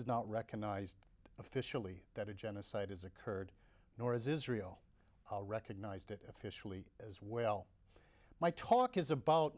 is not recognized officially that a genocide has occurred nor is israel recognized it officially as well my talk is about